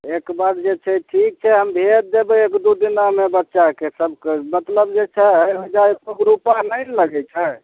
एक बार जे छै ठीक छै हम भेज देबय एक दू दिनामे बच्चाके सभके मतलब जे छै ओइजाँ एकोगो रुपैआ नहि ने लगय छै